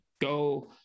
go